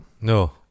No